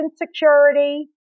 insecurity